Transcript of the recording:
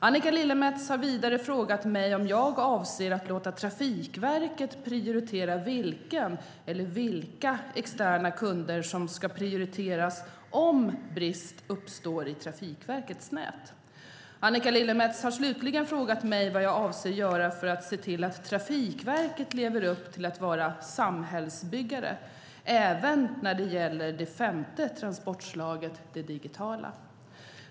Annika Lillemets har vidare frågat mig om jag avser att låta Trafikverket prioritera vilken eller vilka externa kunder som ska prioriteras om brist uppstår i Trafikverkets nät. Annika Lillemets har slutligen frågat mig vad jag avser att göra för att se till att Trafikverket lever upp till att vara "samhällsbyggare" även när det gäller det femte transportslaget, det digitala.